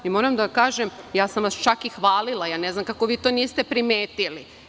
Moram da kažem, čak sam vas i hvalila, ne znam kako vi to niste primetili.